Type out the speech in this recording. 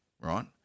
right